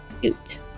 cute